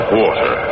water